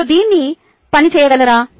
మీరు దీన్ని పని చేయగలరా